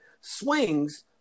swings